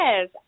Yes